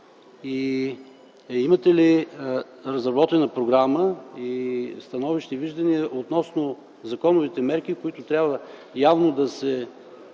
Имате ли разработена програма, становища и виждания относно законовите мерки, които трябва да се